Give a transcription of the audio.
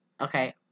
okay